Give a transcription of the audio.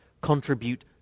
contribute